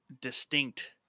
distinct